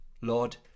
lord